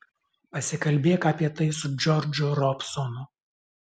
pasikalbėk apie tai su džordžu robsonu